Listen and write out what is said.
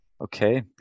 Okay